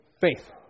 faith